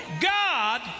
God